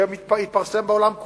שהתפרסם בעולם,